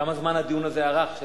כמה זמן הדיון הזה ארך,